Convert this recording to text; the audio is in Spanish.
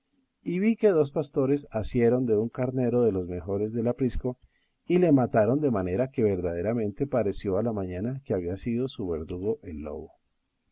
y vi que dos pastores asieron de un carnero de los mejores del aprisco y le mataron de manera que verdaderamente pareció a la mañana que había sido su verdugo el lobo